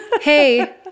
Hey